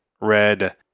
red